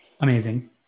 amazing